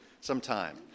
sometime